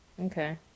Okay